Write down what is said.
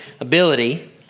ability